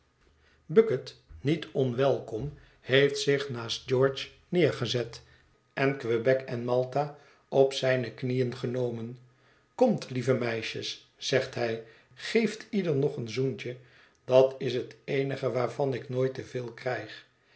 bucket niet onwelkom heeft zich naast george neergezet en quebec en malta op zijne knieën genomen komt lieve meisjes zegt hij geeft ieder nog een zoentje dat is het eenige waarvan ik nooit te veel krijg